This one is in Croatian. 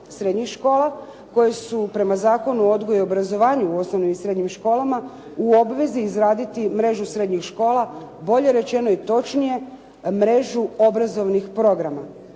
srednjih škola koje su prema Zakonu o odgoju i obrazovanju u osnovnim i srednjim školama u obvezi izraditi mrežu srednjih škola bolje rečeno i točnije mrežu obrazovnih programa.